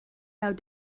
out